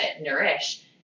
nourish